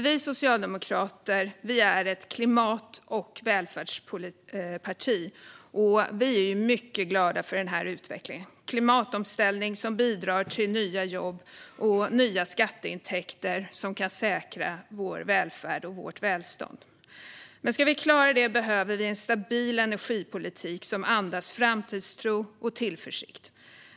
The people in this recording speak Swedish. Vi socialdemokrater är ett klimat och välfärdsparti, och vi är mycket glada för den här utvecklingen med en klimatomställning som bidrar till nya jobb och nya skatteintäkter som kan säkra vår välfärd och vårt välstånd. För att klara detta behöver vi en stabil energipolitik som andas framtidstro och tillförsikt.